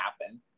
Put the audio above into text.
happen